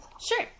Sure